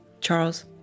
charles